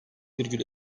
virgül